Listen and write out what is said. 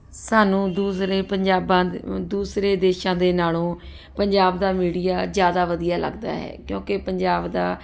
ਸਾਨੂੰ ਦੂਸਰੇ ਪੰਜਾਬਾਂ ਦੂਸਰੇ ਦੇਸ਼ਾਂ ਦੇ ਨਾਲੋਂ ਪੰਜਾਬ ਦਾ ਮੀਡੀਆ ਜਿਆਦਾ ਵਧੀਆ ਲੱਗਦਾ ਹੈ ਕਿਉਂਕਿ ਪੰਜਾਬ ਦਾ